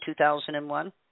2001